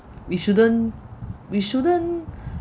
we shouldn't we shouldn't